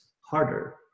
harder